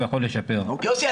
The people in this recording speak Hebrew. יוסי,